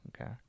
okay